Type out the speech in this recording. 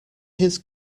his